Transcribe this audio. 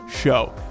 show